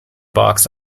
box